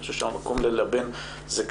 אני חושב שהמקום ללבן זה כאן.